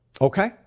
Okay